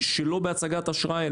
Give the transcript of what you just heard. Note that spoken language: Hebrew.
שלא בהצגת אשראי,